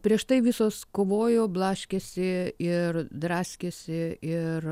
prieš tai visos kovojo blaškėsi ir draskėsi ir